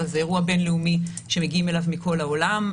אבל זה אירוע בין-לאומי שמגיעים אליו מכל העולם.